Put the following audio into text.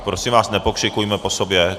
Prosím vás, nepokřikujme po sobě.